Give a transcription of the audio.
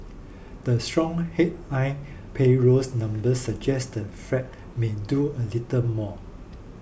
the strong headline payrolls numbers suggest the Fed may do a little more